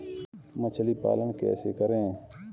मछली पालन कैसे करें?